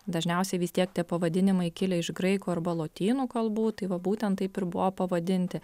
dažniausiai vis tiek tie pavadinimai kilę iš graikų arba lotynų kalbų tai va būtent taip ir buvo pavadinti